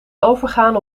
overgaan